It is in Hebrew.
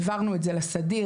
העברנו את זה לסדיר,